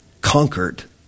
conquered